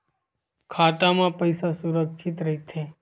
खाता मा पईसा सुरक्षित राइथे?